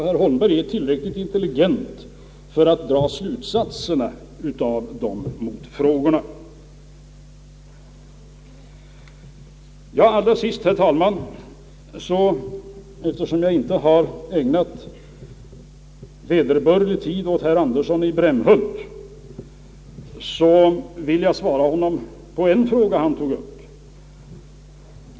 Herr Holmberg är tillräckligt intelligent för att dra slutsatserna av dessa motfrågor. Allra sist, herr talman, vill jag, eftersom jag inte har ägnat vederbörlig tid åt herr Andersson i Brämhult, svara honom på en fråga som han tog upp.